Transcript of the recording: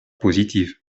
positives